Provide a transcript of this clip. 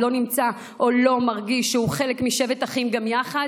נמצא או לא מרגיש שהוא חלק משבת אחים גם יחד,